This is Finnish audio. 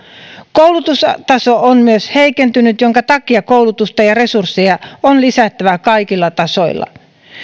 koulutustaso on heikentynyt minkä takia koulutusta ja resursseja on lisättävä kaikilla tasoilla